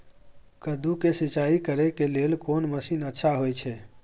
कद्दू के सिंचाई करे के लेल कोन मसीन अच्छा होय छै?